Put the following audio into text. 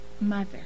mother